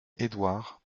édouard